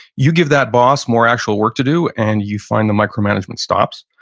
you give that boss more actual work to do and you find the micromanagement stops.